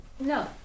No